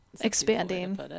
expanding